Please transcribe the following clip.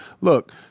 Look